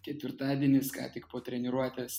ketvirtadienis ką tik po treniruotės